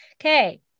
Okay